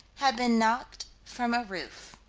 had been knocked from a roof.